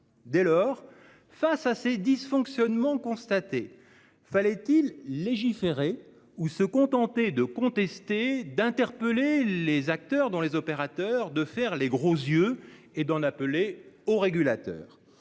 Dès lors, face aux dysfonctionnements constatés, fallait-il légiférer ou se contenter de contester, d'interpeller les acteurs, dont les opérateurs, de faire les gros yeux et d'en appeler au régulateur ?